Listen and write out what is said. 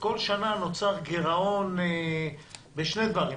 ובכל שנה נוצר גירעון בשני דברים.